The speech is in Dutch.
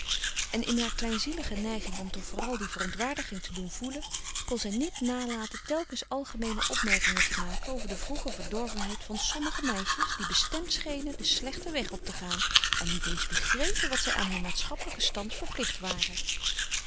en in haar kleinzielige neiging om toch vooral die verontwaardiging te doen voelen kon zij niet nalaten telkens algemeene opmerkingen te maken over de vroege verdorvenheid van sommige meisjes die bestemd schenen den slechten weg op te gaan en niet eens begrepen wat zij aan hun maatschappelijken stand verplicht waren